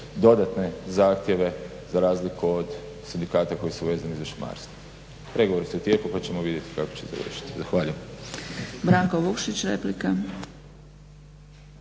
dodatne zahtjeve za razliku od sindikata koji su vezani za šumarstvo. Pregovori su u tijeku pa ćemo vidjeti kako će završiti. Zahvaljujem.